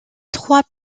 trois